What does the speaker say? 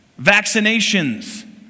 vaccinations